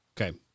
okay